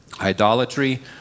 idolatry